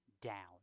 down